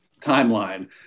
timeline